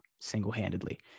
single-handedly